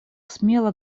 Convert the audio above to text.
смело